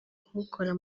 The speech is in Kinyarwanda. kuwukora